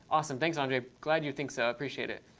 awesome, thanks andre. glad you think so, appreciate it.